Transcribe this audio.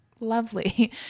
lovely